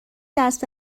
دست